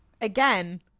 Again